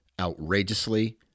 outrageously